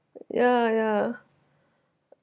yeah yeah